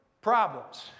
Problems